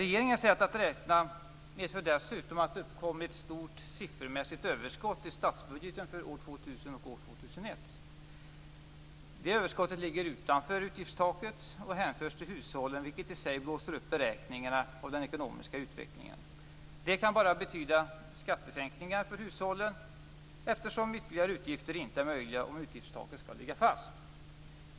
Regeringens sätt att räkna medför dessutom att det uppkommer ett stort siffermässigt överskott i statsbudgeten för åren 2000 och 2001. Detta överskott ligger utanför utgiftstaket och hänförs till hushållen, vilket i sig blåser upp beräkningarna av den ekonomiska utvecklingen. Det kan bara betyda skattesänkningar för hushållen, eftersom ytterligare utgifter inte är möjliga om utgiftstaket skall ligga fast.